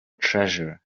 treasure